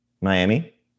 Miami